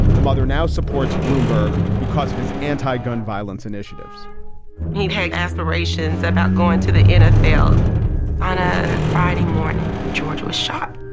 the mother now supports bloomberg because of his anti-gun violence initiatives he had aspirations about going to the nfl on ah friday morning. george was shot.